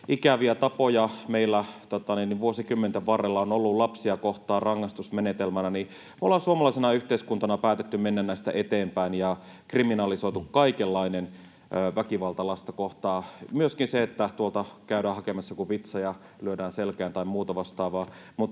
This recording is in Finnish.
ikäviä tapoja meillä Suomessakin vuosikymmenten varrella on ollut lapsia kohtaan rangaistusmenetelmänä, me ollaan suomalaisena yhteiskuntana päätetty mennä näistä eteenpäin ja kriminalisoitu kaikenlainen väkivalta lasta kohtaan, myöskin se, että käydään hakemassa joku vitsa ja lyödään selkään tai muuta vastaavaa.